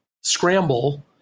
scramble